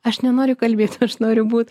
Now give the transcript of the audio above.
aš nenoriu kalbėt aš noriu būt